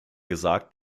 gesagt